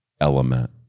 element